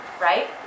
right